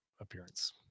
appearance